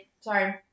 Sorry